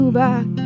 back